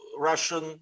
Russian